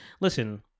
listen